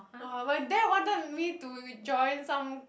oh my dad wanted me to join some